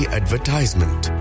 advertisement